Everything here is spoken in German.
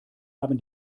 haben